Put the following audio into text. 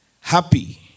Happy